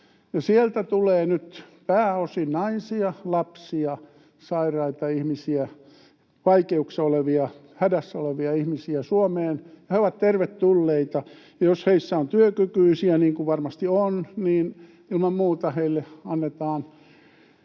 Sieltä tulee nyt pääosin naisia, lapsia, sairaita ihmisiä, vaikeuksissa olevia, hädässä olevia ihmisiä Suomeen. He ovat tervetulleita, ja jos heissä on työkykyisiä, niin kuin varmasti on, niin ilman muuta heille annetaan